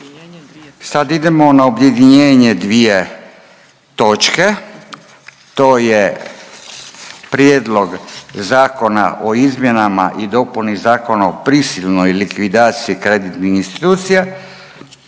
Sad idemo na objedinjenje dvije točke, to je: - Prijedlog zakona o izmjenama i dopuni Zakona o prisilnoj likvidaciji kreditnih institucija,